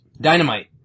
Dynamite